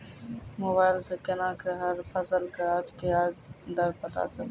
Mobile सऽ केना कऽ हर फसल कऽ आज के आज दर पता चलतै?